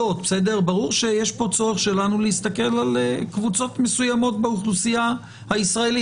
כרגע יש החרגה של החוק על עסקאות מול תושבי האזור.